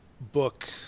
book